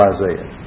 Isaiah